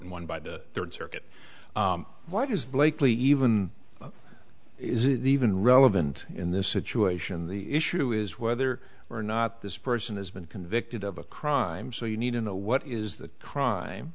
and one by the third circuit why does blakeley even is it even relevant in this situation the issue is whether or not this person has been convicted of a crime so you need to know what is the crime